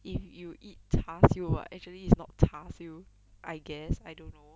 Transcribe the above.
if you eat char siew what actually is not char siew I guess I don't know